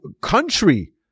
country